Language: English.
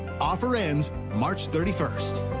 offer ends march thirty first.